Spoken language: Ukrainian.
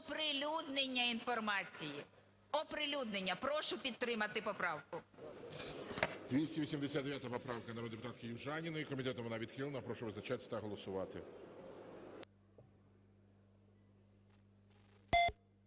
оприлюднення інформації – оприлюднення. Прошу підтримати поправку. ГОЛОВУЮЧИЙ. 289 поправка народної депутатки Южаніної. Комітетом вона відхилена. Прошу визначатися та голосувати.